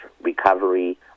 recovery